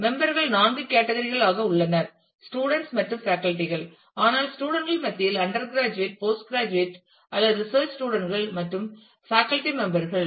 member கள் நான்கு category கள் ஆக உள்ளனர் ஸ்டூடண்ட்ஸ் கள் மற்றும் facultyகள் ஆனால் ஸ்டூடண்ட்ஸ் கள் மத்தியில் அண்டர் கிராஜுவேட் போஸ்ட் கிராஜுவேட் அல்லது ரீசேர்ச் ஸ்டூடண்ட்ஸ் கள் மற்றும் ஃபேக்கல்டி மெம்பர் கள்